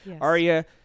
Arya